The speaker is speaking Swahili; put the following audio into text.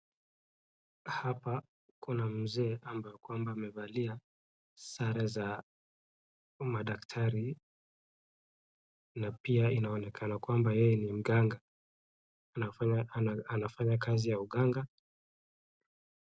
Hapa kuna mzee ambaye kwamba amevalia sare za madaktari na pia inaonekana kwamba yeye ni mganga anafanya kazi ya uganga.